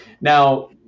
now